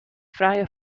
frije